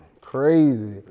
Crazy